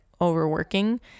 overworking